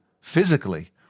physically